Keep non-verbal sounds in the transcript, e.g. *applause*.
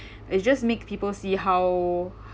*breath* it just makes people see how *breath*